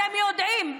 אתם יודעים,